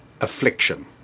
affliction